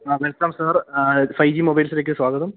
ആ welcome sir five G മൊബൈൽസിലേക്ക് സ്വാഗതം